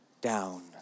down